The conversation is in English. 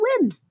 win